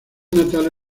natal